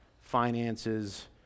finances